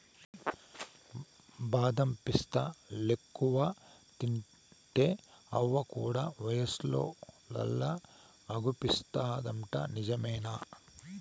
బాదం పిస్తాలెక్కువ తింటే అవ్వ కూడా వయసున్నోల్లలా అగుపిస్తాదంట నిజమేనా